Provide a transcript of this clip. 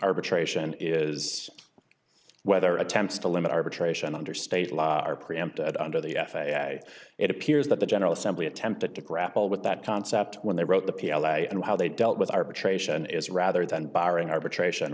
arbitration is whether attempts to limit arbitration under state law are preempted under the f a a it appears that the general assembly attempted to grapple with that concept when they wrote the piece and how they dealt with arbitration is rather than barring arbitration